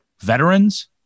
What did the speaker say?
veterans